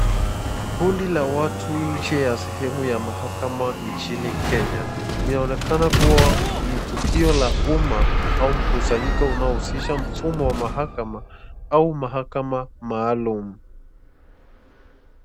Kundi la watu kwenye sehemu ya mahakama nchini Kenya . Inaonekana kuwa ni tukio la umma au mkusanyiko unao husisha mfumo wa mahakama au mahakama maalum.